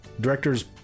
directors